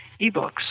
ebooks